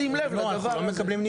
לשים לב לדבר הזה.